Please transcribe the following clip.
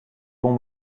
bons